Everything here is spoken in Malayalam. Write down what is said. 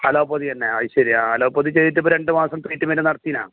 അലോപ്പതി തന്നെ അതു ശരി ആ അലോപ്പതി ചെയ്തിട്ട് ഇപ്പം രണ്ട് മാസം ട്രീറ്റ്മെന്റ് നടത്തീനോ